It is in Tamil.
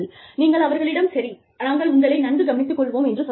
நீங்கள் அவர்களிடம் சரி நாங்கள் உங்களை நன்கு கவனித்துக் கொள்வோம் என்று சொல்லலாம்